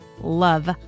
love